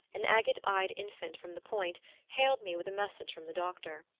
an agate-eyed infant from the point hailed me with a message from the doctor.